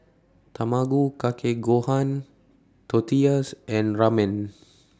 Tamago Kake Gohan Tortillas and Ramen